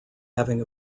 having